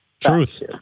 Truth